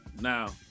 now